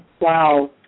Wow